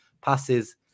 passes